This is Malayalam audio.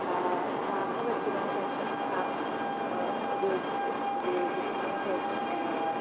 ടാപ്പ് വച്ചതിന് ശേഷം ടാപ് ഉപകുയോഗിക്കുക ഉപയോഗിച്ചതിന് ശേഷം